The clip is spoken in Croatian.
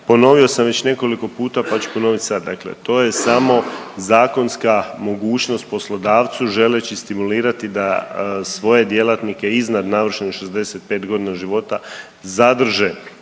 ponovio sam već nekoliko puta pa ću ponovit sad, dakle to je samo zakonska mogućnost poslodavcu želeći stimulirati da svoje djelatnike iznad navršenih 65 godina života zadrže